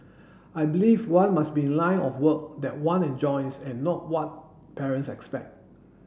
I believe one must be in a line of work that one enjoys and not what parents expect